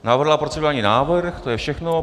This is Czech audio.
Navrhla procedurální návrh, to je všechno.